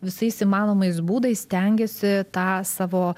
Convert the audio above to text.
visais įmanomais būdais stengėsi tą savo